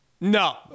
no